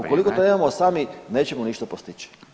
Ukoliko to nemamo sami nećemo ništa postići.